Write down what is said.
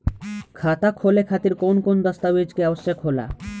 खाता खोले खातिर कौन कौन दस्तावेज के आवश्यक होला?